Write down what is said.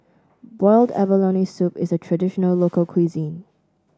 Boiled Abalone Soup is a traditional local cuisine